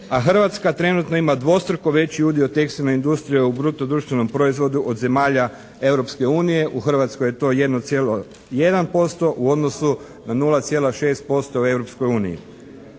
Hrvatska trenutno ima dvostruko veći udio od tekstilne industrije u bruto društvenom proizvodu od zemalja Europske unije, u Hrvatskoj je to 1,1% u odnosu na 0,6% u